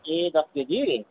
ए दस केजी